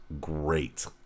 great